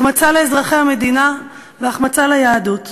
החמצה לאזרחי המדינה והחמצה ליהדות.